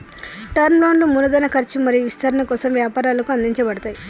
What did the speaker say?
term లోన్లు మూలధన ఖర్చు మరియు విస్తరణ కోసం వ్యాపారాలకు అందించబడతయ్